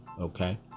Okay